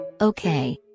Okay